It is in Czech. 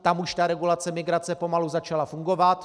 Tam už ta regulace migrace pomalu začala fungovat.